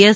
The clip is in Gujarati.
એસ